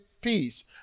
peace